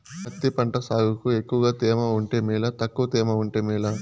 పత్తి పంట సాగుకు ఎక్కువగా తేమ ఉంటే మేలా తక్కువ తేమ ఉంటే మేలా?